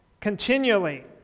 continually